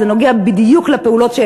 זה נוגע בדיוק בפעולות,